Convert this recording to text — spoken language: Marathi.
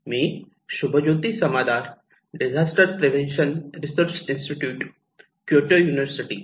me Shubhajyoti Samaddar Disaster Prevention Research Institute Kyoto university